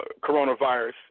coronavirus